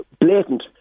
Blatant